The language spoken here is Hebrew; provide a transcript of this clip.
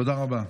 תודה רבה.